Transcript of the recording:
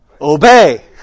obey